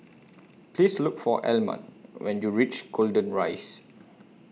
Please Look For Almon when YOU REACH Golden Rise